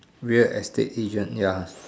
real estate agent ya